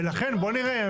ולכן בואו נראה.